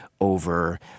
over